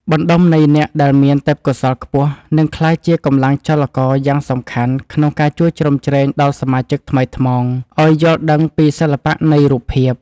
បណ្តុំនៃអ្នកដែលមានទេពកោសល្យខ្ពស់នឹងក្លាយជាកម្លាំងចលករយ៉ាងសំខាន់ក្នុងការជួយជ្រោមជ្រែងដល់សមាជិកថ្មីថ្មោងឱ្យយល់ដឹងពីសិល្បៈនៃរូបភាព។